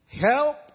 Help